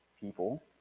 people